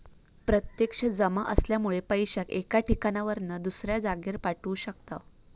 प्रत्यक्ष जमा असल्यामुळे पैशाक एका ठिकाणावरना दुसऱ्या जागेर पाठवू शकताव